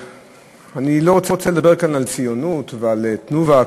אני לא רוצה לדבר כאן על ציונות ועל "תנובה"